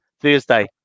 Thursday